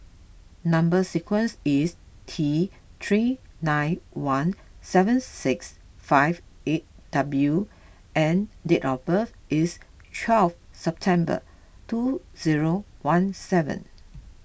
Number Sequence is T three nine one seven six five eight W and date of birth is twelve September two zero one seven